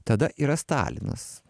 tada yra stalinas